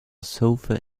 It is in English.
sofa